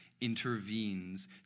intervenes